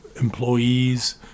employees